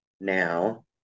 now